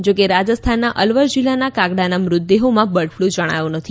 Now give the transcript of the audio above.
જો કે રાજસ્થાનના અલવર જીલ્લાના કાગડાના મૃતદેહોમાં બર્ડ ફલુ જણાયો નથી